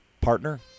partner